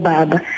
Baba